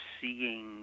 seeing